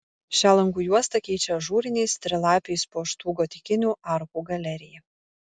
šią langų juostą keičia ažūriniais trilapiais puoštų gotikinių arkų galerija